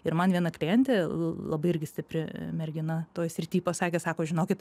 ir man viena klientė labai irgi stipri mergina toj srityj pasakė sako žinokit